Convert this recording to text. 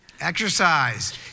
exercise